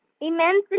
immensely